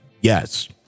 yes